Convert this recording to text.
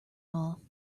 off